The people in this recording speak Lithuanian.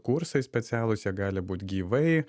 kursai specialūs jie gali būt gyvai